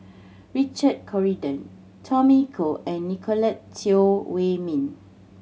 Richard Corridon Tommy Koh and Nicolette Teo Wei Min